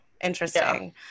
interesting